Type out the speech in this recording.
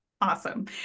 Awesome